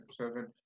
Seven